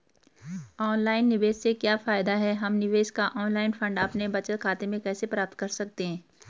Online निवेश से क्या फायदा है हम निवेश का ऑनलाइन फंड अपने बचत खाते में कैसे प्राप्त कर सकते हैं?